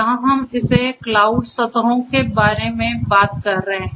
यहां हम इस क्लाउड सतहों के बारे में बात कर रहे हैं